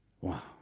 Wow